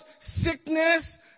Sickness